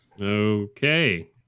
Okay